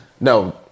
No